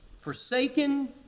forsaken